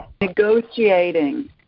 negotiating